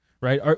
right